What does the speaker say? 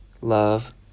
love